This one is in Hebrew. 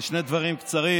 לשני דברים קצרים.